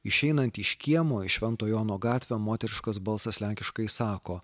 išeinant iš kiemo į švento jono gatvę moteriškas balsas lenkiškai sako